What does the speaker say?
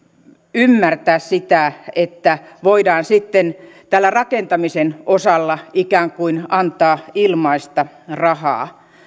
ymmärtää sitä että voidaan sitten tällä rakentamisen osalla ikään kuin antaa ilmaista rahaa